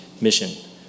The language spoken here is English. mission